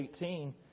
18